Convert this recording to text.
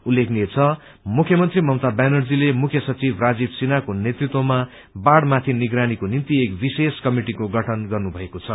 उल्लेखनीय छ मुख्यमन्त्री ममता ब्यानर्जीले मुख्य सचिव राजीव सिन्हाको नेतृत्वमा बाढ़माथि निगरानीको निम्ति एक विशेष कमिटिको गठन गर्नु भएको छ